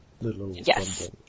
Yes